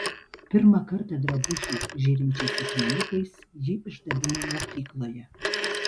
pirmą kartą drabužį žėrinčiais akmenukais ji išdabino mokykloje